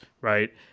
right